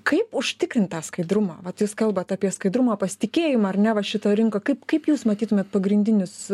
kaip užtikrint tą skaidrumą vat jūs kalbat apie skaidrumą pasitikėjimą ar ne va šitoj rinkoj kaip kaip jūs matytumėt pagrindinius